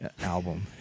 album